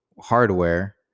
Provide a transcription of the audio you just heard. hardware